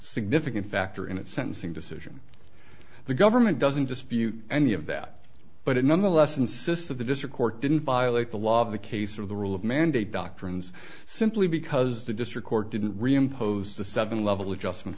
significant factor in its sentencing decision the government doesn't dispute any of that but it nonetheless insists that the district court didn't violate the law of the case of the rule of mandate doctrines simply because the district court didn't reimposed the seven level adjustment